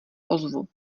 ozvu